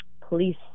police